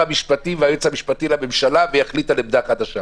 המשפטים והיועץ המשפטי לממשלה ויחליט על עמדה חדשה.